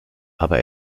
aber